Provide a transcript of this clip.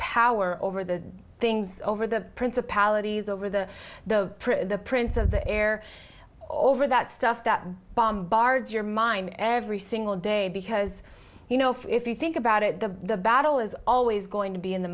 power over the things over the prince of palate he's over the the the prince of the air over that stuff that bombards your mind every single day because you know if you think about it the battle is always going to be in the